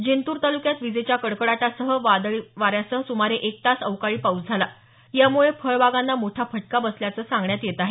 जिंतूर तालुक्यात विजेच्या कडकडाट वादळी वाऱ्यासह सुमारे एक तास अवकाळी पाऊस झाला यामुळे फळबागांना मोठा फटका बसल्याचं सांगण्यात येत आहे